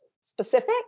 specific